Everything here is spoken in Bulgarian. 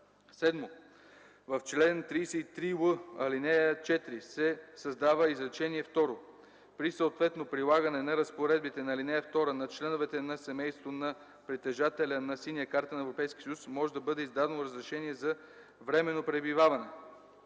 7. В чл. 33л, ал. 4 се създава изречение второ: „При съответно прилагане на разпоредбите на ал. 2 на членовете на семейството на притежателя на синя карта на Европейския съюз може да бъде издадено разрешение за временно пребиваване.”